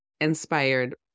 inspired